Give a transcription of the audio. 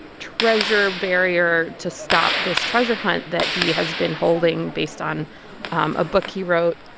treasure burier to stop this treasure hunt that he has been holding based on um a book he wrote.